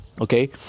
okay